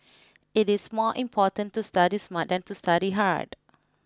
it is more important to study smart than to study hard